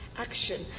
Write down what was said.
action